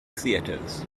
theatres